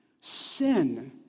Sin